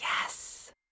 Yes